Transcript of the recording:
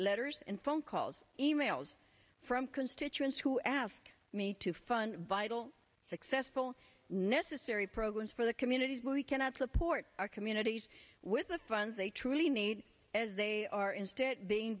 letters and phone calls e mails from constituents who ask me to fund vital successful necessary programs for the communities where we cannot support our communities with the funds they truly need as they are instead being